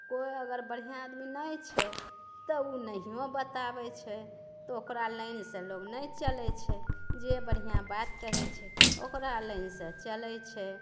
केओ अगर बढ़िआँ आदमी नहि छै तऽ ओ नहियो बताबैत छै तऽ ओकरा लाइनसँ लोक नहि चलैत छै जे बढ़िआँ बात कहै छै ओकरा लाइनसँ चलैत छै